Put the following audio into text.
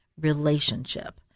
relationship